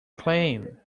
claim